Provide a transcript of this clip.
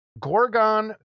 Gorgon